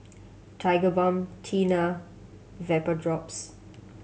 Tigerbalm Tena Vapodrops